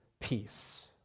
peace